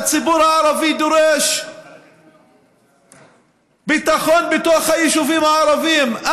הציבור הערבי דורש ביטחון בתוך היישובים הערביים.